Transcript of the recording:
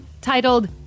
titled